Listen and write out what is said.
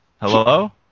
hello